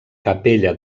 capella